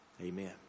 Amen